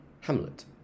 Hamlet